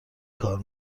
کار